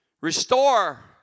Restore